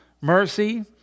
mercy